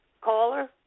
caller